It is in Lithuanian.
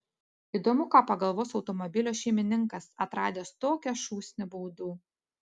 įdomu ką pagalvos automobilio šeimininkas atradęs tokią šūsnį baudų